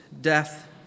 death